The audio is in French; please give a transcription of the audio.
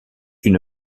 une